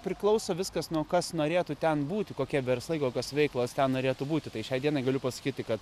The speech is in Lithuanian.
priklauso viskas nuo kas norėtų ten būti kokie verslai kokios veiklos ten norėtų būti tai šiai dienai galiu pasakyti kad